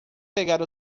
pegar